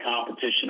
competition